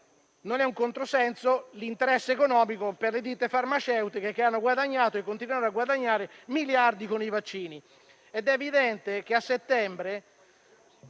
non è un controsenso l'interesse economico per le ditte farmaceutiche, che hanno guadagnato e continuano a guadagnare miliardi con i vaccini.